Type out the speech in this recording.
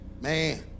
man